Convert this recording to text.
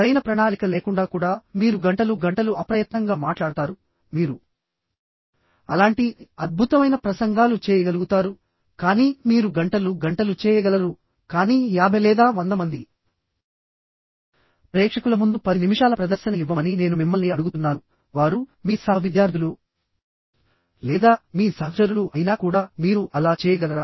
సరైన ప్రణాళిక లేకుండా కూడా మీరు గంటలు గంటలు అప్రయత్నంగా మాట్లాడతారు మీరు అలాంటి అద్భుతమైన ప్రసంగాలు చేయగలుగుతారు కానీ మీరు గంటలు గంటలు చేయగలరు కానీ 50 లేదా 100 మంది ప్రేక్షకుల ముందు పది నిమిషాల ప్రదర్శన ఇవ్వమని నేను మిమ్మల్ని అడుగుతున్నాను వారు మీ సహవిద్యార్థులు లేదా మీ సహచరులు అయినా కూడా మీరు అలా చేయగలరా